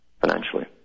financially